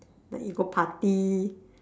like you go party